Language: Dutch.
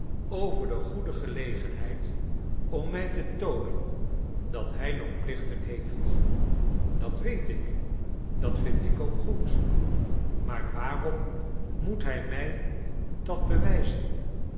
over de goede gelegenheid om mij te toonen dat hij nog plichten heeft dat weet ik dat vind ik ook goed maar waarom moet hij mij dat bewijzen